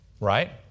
Right